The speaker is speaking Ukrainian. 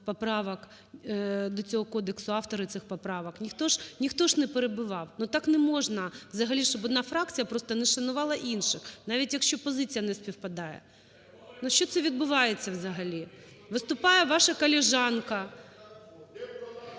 до цього кодексу автори цих поправок, ніхто ж не перебивав. Ну так не можна взагалі, щоб одна фракція просто не шанувала інших, навіть якщо позиція не співпадає. Ну що це відбувається взагалі? Виступає ваша колежанка…